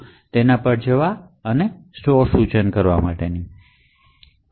અને પછી આપણે જંપ અથવા સ્ટોર ઇન્સટ્રકશનની પરવાનગી આપીશું